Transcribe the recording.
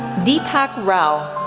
deepak rao,